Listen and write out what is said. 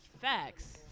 Facts